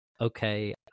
okay